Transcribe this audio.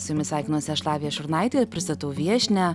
su jumis sveikinuose aš lavija šurnaitė pristatau viešnią